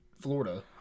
Florida